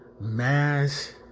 Mass